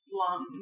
long